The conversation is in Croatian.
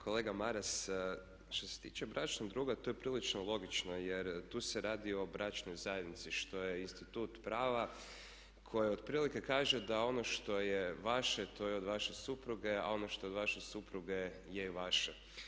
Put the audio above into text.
Kolega Maras, što se tiče bračnog druga to je prilično logično, jer tu se radi o bračnoj zajednici što je institut prava koje otprilike kaže da ono što je vaše to je od vaše supruge, a ono što je od vaše supruge je vaše.